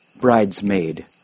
bridesmaid